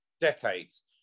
decades